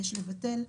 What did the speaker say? יש לבטל,